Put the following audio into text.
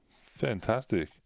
fantastic